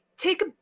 Take